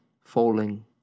falling